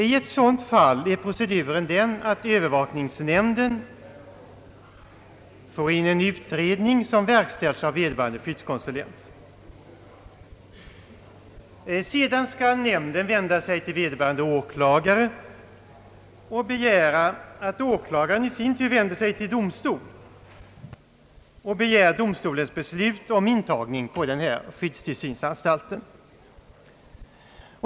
I ett sådant fall är proceduren den, att övervakningsnämnden får in en utredning, som har verkställts av vederbörande skyddskonsulent. Sedan skall nämnden vända sig till vederbörande åklagare och begära att åklagaren i sin tur vänder sig till domstol och begär domstolens beslut om intagning på skyddstillsynsanstalten.